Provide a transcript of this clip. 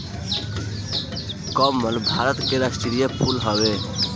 कमल भारत के राष्ट्रीय फूल हवे